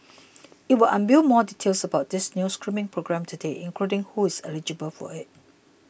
it will unveil more details about this new screening program today including who is eligible for it